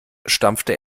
stampfte